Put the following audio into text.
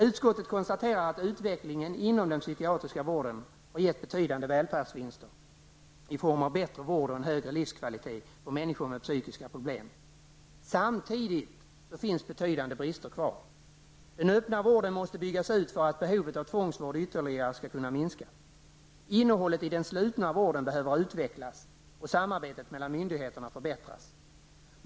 Utskottet konstaterar att utvecklingen inom den psykiatriska vården har gett betydande välfärdsvinster i form av en bättre vård och en högre livskvalitet för människor med psykiska problem. Samtidigt finns fortfarande betydande brister kvar. Den öppna vården måste byggas ut för att behovet av tvångsvård ytterligare skall kunna minska. Innehållet i den slutna vården behöver utvecklas, och samarbetet mellan myndigheterna förbättras.